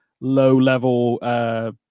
low-level